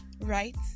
Right